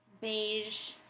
beige